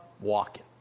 walking